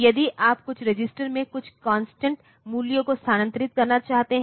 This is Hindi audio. तो यदि आप कुछ रजिस्टर में कुछ कांस्टेंट मूल्य को स्थानांतरित करना चाहते हैं